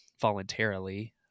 voluntarily